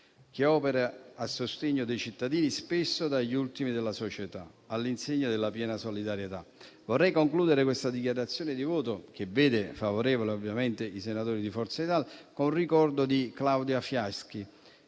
che opera a sostegno dei cittadini, spesso degli ultimi della società, all'insegna della piena solidarietà. Vorrei concludere questa dichiarazione di voto, che ovviamente vede favorevoli i senatori di Forza Italia, con il ricordo di Claudia Fiaschi,